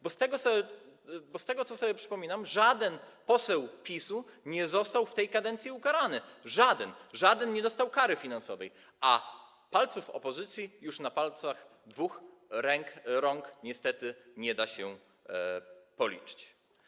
Bo z tego, co sobie przypominam, żaden poseł PiS-u nie został w tej kadencji ukarany, żaden nie dostał kary finansowej, a posłów opozycji już na palcach dwóch rąk niestety nie da się policzyć.